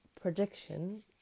prediction